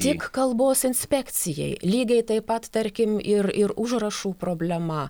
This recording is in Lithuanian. tik kalbos inspekcijai lygiai taip pat tarkim ir ir užrašų problema